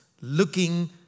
looking